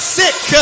sick